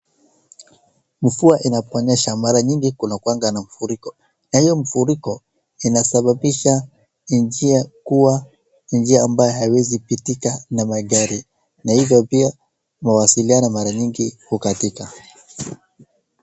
Mvua inaponyesha mara nyingi kunakuwanga na mafuriko. Na hiyo mafuriko inasababisha njia kuwa njia ambayo haiwezi pitika na magari na hivyo pia mawasiliano hukatika.